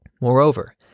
Moreover